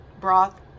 broth